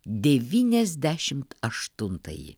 devyniasdešimt aštuntąjį